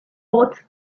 bots